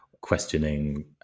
questioning